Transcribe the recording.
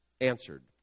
answered